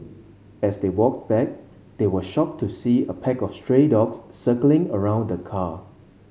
as they walked back they were shocked to see a pack of stray dogs circling around the car